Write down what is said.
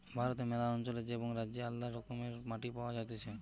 ভারতে ম্যালা অঞ্চলে এবং রাজ্যে আলদা রকমের মাটি পাওয়া যাতিছে